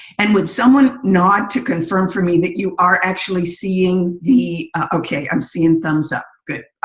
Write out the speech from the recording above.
and would someone nod to confirm for me that you are actually seeing the ok, i'm seeing thumbs up. good.